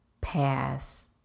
pass